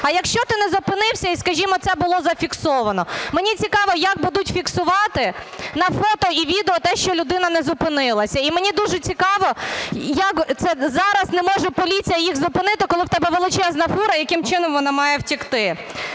а якщо ти не зупинився і, скажімо, це було зафіксовано. Мені цікаво, як будуть фіксувати на фото і відео те, що людина не зупинилася? І мені дуже цікаво, як це зараз не може поліція їх зупинити, коли в тебе величезна фура? І яким чином вона має втекти?